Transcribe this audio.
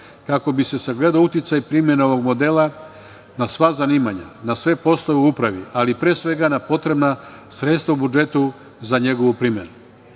kako bi se sagledao uticaj primene ovog modela na sva zanimanja, na sve poslove u upravi, ali pre svega, na potrebna sredstva u budžetu za njegovu primenu. Ova